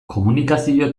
komunikazio